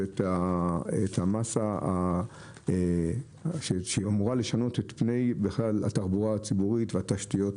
ואת המסה שאמורה לשנות בכלל את פני התחבורה הציבורית והתשתיות